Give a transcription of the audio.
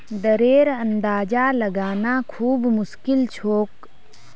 दरेर अंदाजा लगाना खूब मुश्किल छोक